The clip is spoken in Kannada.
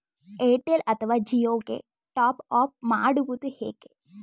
ಏರ್ಟೆಲ್ ಅಥವಾ ಜಿಯೊ ಗೆ ಟಾಪ್ಅಪ್ ಮಾಡುವುದು ಹೇಗೆ?